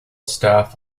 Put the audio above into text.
staff